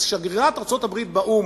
שגרירת ארצות-הברית באו"ם,